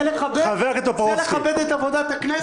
זה לכבד את עבודת הכנסת?